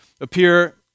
appear